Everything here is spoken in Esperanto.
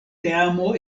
teamo